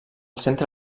centre